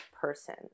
person